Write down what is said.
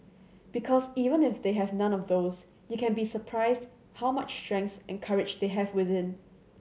because even if they have none of those you can be surprised how much strength and courage they have within